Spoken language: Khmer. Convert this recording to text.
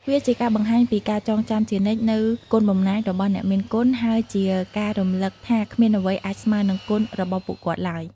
វាជាការបង្ហាញពីការចងចាំជានិច្ចនូវគុណបំណាច់របស់អ្នកមានគុណ ហើយជាការរំលឹកថាគ្មានអ្វីអាចស្មើនឹងគុណរបស់ពួកគាត់ឡើយ។